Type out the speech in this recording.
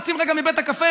יוצאים רגע מבית הקפה,